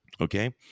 okay